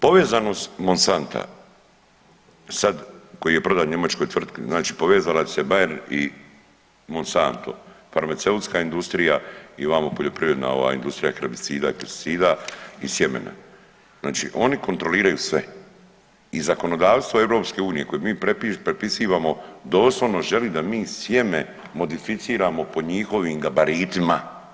Povezanost Monsanta sad koji je prodan njemačkoj tvrtki, povezala bi se Bayern i Monsanto farmaceutska industrija i ovamo poljoprivredna industrija herbicida i pesticida i sjemena znači oni kontroliraju sve i zakonodavstvo EU kojeg mi pripisivamo doslovno želi da mi sjeme modificiramo po njihovim gabaritima.